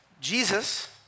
Jesus